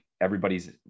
everybody's